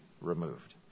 removed